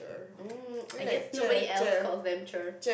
oh I guess nobody else calls them